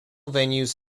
venues